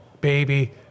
baby